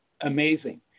amazing